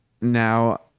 now